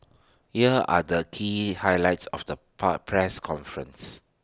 here are the key highlights of the pa press conference